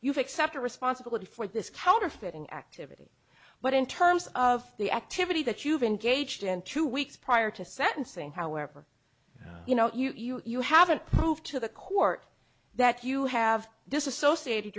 you've accepted responsibility for this counterfeiting activity but in terms of the activity that you've engaged in two weeks prior to sentencing however you know you haven't proved to the court that you have disassociate